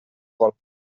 vol